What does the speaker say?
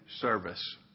service